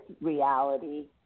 reality